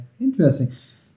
interesting